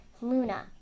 Luna